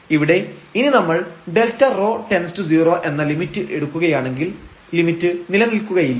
ഇവിടെ ഇനി നമ്മൾ Δρ→0 എന്ന ലിമിറ്റ് എടുക്കുകയാണെങ്കിൽ ലിമിറ്റ് നിലനിൽക്കുകയില്ല